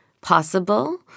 possible